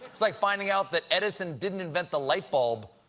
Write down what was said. it's like finding out that edison didn't invent the lightbulb,